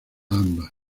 ambas